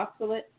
oxalate